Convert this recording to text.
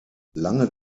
lange